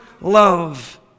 love